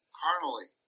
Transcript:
carnally